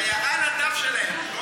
שהייתה על הדף שלהם.